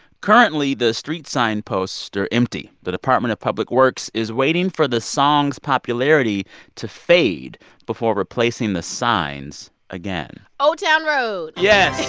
currently, the street sign posts are empty. the department of public works is waiting for the song's popularity to fade before replacing the signs again. old town road. yes